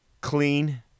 clean